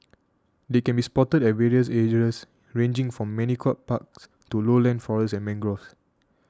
they can be spotted at various areas ranged from manicured parks to lowland forests and mangroves